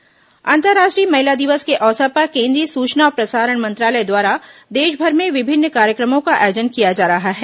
महिला दिवस सेनीनार अंतर्राष्ट्रीय महिला दिवस के अवसर पर केंद्रीय सूचना और प्रसारण मंत्रालय द्वारा देशभर में विभिन्न कार्यक्रमों का आयोजन किया जा रहा है